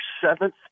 seventh